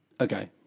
Okay